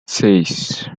seis